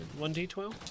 1d12